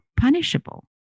punishable